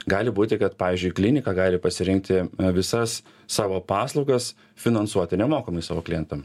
gali būti kad pavyzdžiui klinika gali pasirinkti visas savo paslaugas finansuoti nemokamai savo klientam